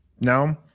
No